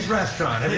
restaurant,